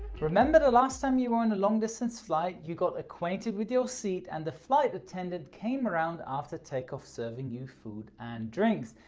remember the last time you were in a long-distance flight you got acquainted with your seat and the flight attendant came around after takeoff serving you food and drinks.